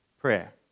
Prayer